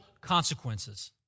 consequences